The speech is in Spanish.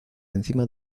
encima